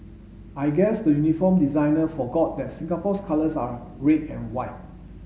I guess the uniform designer forgot that Singapore's colours are red and white